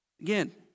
Again